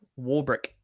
Warbrick